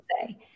say